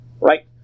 Right